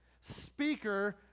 Speaker